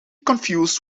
confused